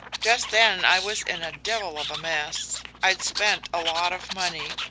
just then i was in a devil of a mess. i'd spent a lot of money,